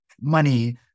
money